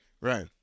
right